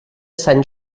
sant